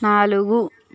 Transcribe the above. నాలుగు